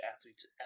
athletes